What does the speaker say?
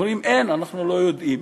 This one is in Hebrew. אומרים: אין, אנחנו לא יודעים.